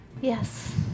Yes